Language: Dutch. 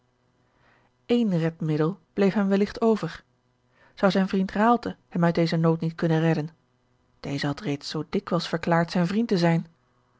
een redmiddel bleef hem welligt over zou zijn vriend raalte hem uit dezen nood niet kunnen redden deze had reeds zoo dikwijls verklaard zijn vriend te zijn